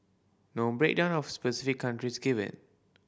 no breakdown of specific countries given